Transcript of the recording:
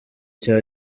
cya